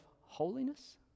holiness